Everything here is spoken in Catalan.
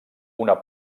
una